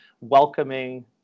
welcoming